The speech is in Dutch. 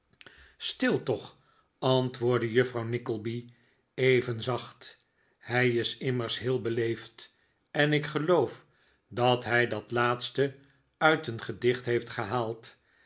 stil toch antwoordde juffrouw nickleby even zacht hij is immers heel beleefd en ik geloof dat hij dat laatste uit een gedicht heeft gehaald